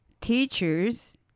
teachers